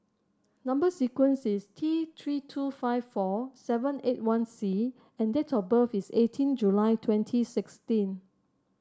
number sequence is T Three two five four seven eight one C and date of birth is eighteen July twenty sixteen